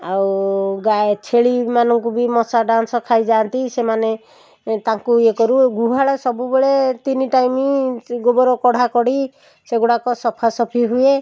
ଆଉ ଗା ଛେଳିମାନଙ୍କୁ ବି ମଶା ଡାଉଁସ ଖାଇଯାନ୍ତି ସେମାନେ ଏଁ ତାଙ୍କୁ ଇଏ କରୁ ଗୁହାଳ ସବୁବେଳେ ତିନି ଟାଇମ୍ ଗୋବର କଢ଼ାକଢ଼ି ସେଗୁଡ଼ାକ ସଫାସଫି ହୁଏ